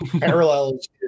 parallels